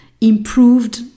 improved